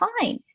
fine